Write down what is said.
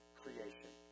creation